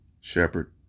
Shepherd